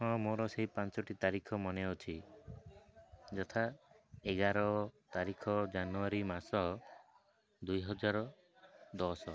ହଁ ମୋର ସେଇ ପାଞ୍ଚଟି ତାରିଖ ମନେ ଅଛି ଯଥା ଏଗାର ତାରିଖ ଜାନୁଆରୀ ମାସ ଦୁଇ ହଜାର ଦଶ